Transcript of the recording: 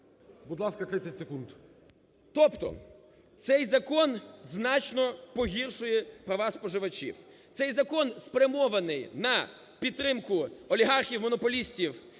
Будь ласка, 30 секунд. ЛЕВЧЕНКО Ю.В. Тобто цей закон значно погіршує права споживачів. Цей закон спрямований на підтримку олігархів-монополістів